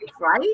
right